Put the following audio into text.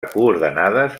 coordenades